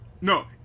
No